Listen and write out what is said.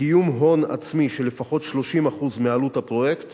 קיום הון עצמי של לפחות 30% מעלות הפרויקט